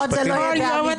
לפחות זה לא יהיה בעמידה.